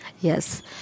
Yes